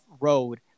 road